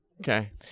Okay